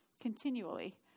continually